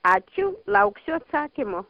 ačiū lauksiu atsakymo